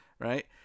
right